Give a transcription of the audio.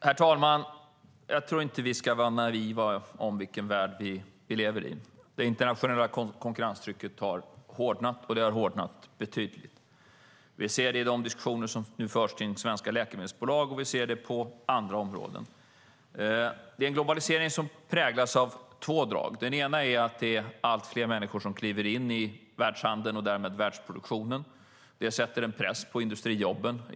Herr talman! Jag tycker inte att vi ska vara naiva i fråga om vilken värld vi lever i. Det internationella konkurrenstrycket har hårdnat, och det har hårdnat betydligt. Vi ser det i de diskussioner som nu förs om svenska läkemedelsbolag, och vi ser det på andra områden. Det är en globalisering som präglas av två drag. Det ena är att allt fler människor kliver in i världshandeln och därmed i världsproduktionen. Det sätter press på industrijobben.